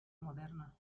moderna